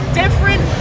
different